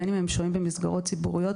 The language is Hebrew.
בין אם הם שוהים במסגרות ציבוריות,